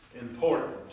important